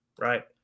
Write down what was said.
right